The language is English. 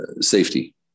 Safety